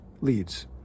leads